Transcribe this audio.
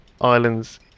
islands